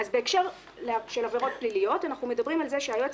בהקשר של עבירות פליליות אנחנו מדברים על זה שהיועץ